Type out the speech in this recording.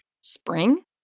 Spring